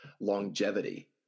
longevity